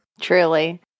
Truly